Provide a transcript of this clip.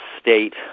state